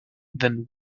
then